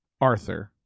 Arthur